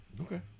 Okay